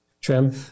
trim